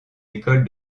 école